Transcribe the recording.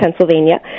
Pennsylvania